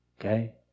Okay